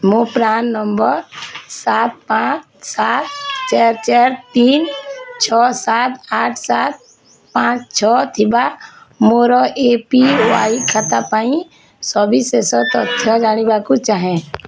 ମୁଁ PRAN number ସାତ ପାଞ୍ଚ ସାତ ଚାରି ଚାରି ତିନି ଛଅ ସାତ ଆଠ ସାତ ପାଞ୍ଚ ଛଅ ଥିବା ମୋର ଏ ପି ୱାଇ ଖାତା ପାଇଁ ସବିଶେଷ ତଥ୍ୟ ଜାଣିବାକୁ ଚାହେଁ